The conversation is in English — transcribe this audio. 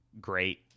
great